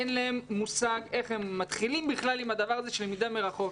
אין להם מושג איך הם מתחילים בכלל עם הדבר הזה של למידה מרחוק?